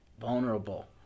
vulnerable